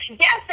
Yes